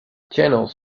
channels